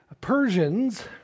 Persians